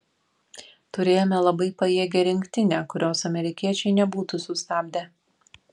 turėjome labai pajėgią rinktinę kurios amerikiečiai nebūtų sustabdę